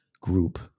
group